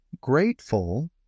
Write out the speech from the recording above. grateful